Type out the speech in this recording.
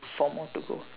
four more to go